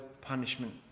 punishment